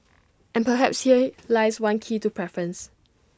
and perhaps here lies one key to preference